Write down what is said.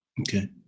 okay